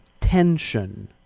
tension